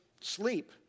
sleep